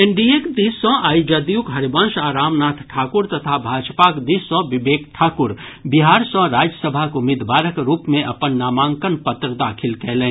एनडीएक दिस सॅ आइ जदयूक हरिवंश आ रामनाथ ठाकुर तथा भाजपाक दिस सॅ विवेक ठाकुर बिहार सॅ राज्यसभाक उम्मीदवारक रूप मे अपन नामांकन पत्र दाखिल कयलनि